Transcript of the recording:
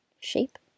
shape